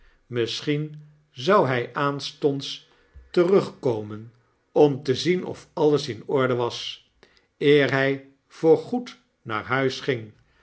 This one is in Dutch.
misschien zou hij aanstonds terugkomen om te zien of alles in orde was eer hij voorgoed naar huis ging